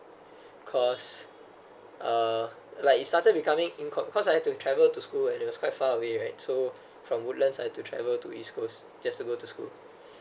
cause(uh) like it started becoming incon~ cause I had to travel to school and it was quite far away right so from woodlands I had to travel to east coast just to go to school